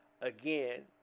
Again